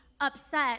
upset